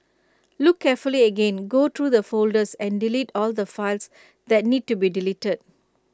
look carefully again go through the folders and delete all the files that need to be deleted